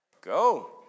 go